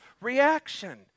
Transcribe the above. reaction